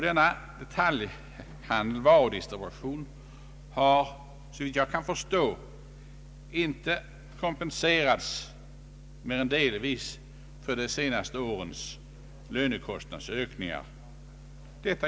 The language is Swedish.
Denna varudistribution har såvitt jag kan förstå av denna orsak inte mer än delvis kompenserats för de senaste årens lönekostnadsökningar.